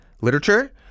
literature